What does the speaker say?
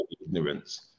ignorance